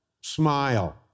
Smile